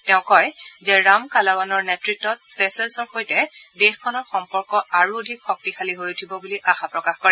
তেওঁ কয় যে ৰামকালাৱনৰ নেতৃত্বত চেচেল্ছৰ সৈতে দেশখনৰ সম্পৰ্ক আৰু অধিক শক্তিশালী হৈ উঠিব বুলি আশা প্ৰকাশ কৰে